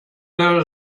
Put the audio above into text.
there